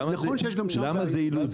למה זה אילוץ?